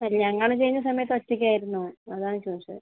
അത് ഞങ്ങള് ചെയ്യുന്ന സമയത്ത് ഒറ്റയ്ക്കായിരുന്നു അതാണ് ചോദിച്ചത്